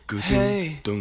Hey